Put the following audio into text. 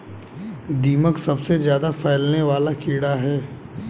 दीमक सबसे ज्यादा फैलने वाला कीड़ा है